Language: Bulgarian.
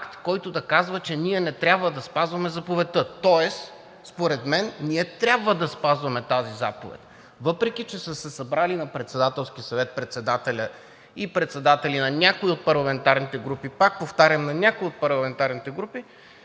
който да казва, че ние не трябва да спазваме заповедта, тоест според мен ние трябва да спазваме тази заповед. Въпреки че са се събрали на Председателски съвет председателят и председатели на някои от парламентарните групи, пак повтарям – на някои от парламентарните групи,